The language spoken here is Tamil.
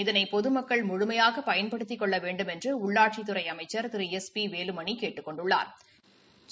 இதனை பொதுமக்கள் முழுமையாக பயன்படுத்திக் கொள்ள வேண்டுமென்று உள்ளாட்சித்துறை அமைச்சா் திரு எஸ் பி வேலுமணி கேட்டுக் கொண்டுள்ளாா்